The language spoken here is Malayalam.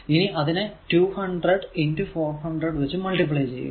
ഇനി അതിനെ 200 400 വച്ച് മൾട്ടിപ്ലൈ ചെയ്യുക